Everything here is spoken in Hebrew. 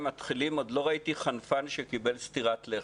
מתחילים: עוד לא ראיתי חנפן שקיבל סטירת לחי.